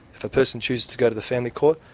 if a person chooses to go to the family court,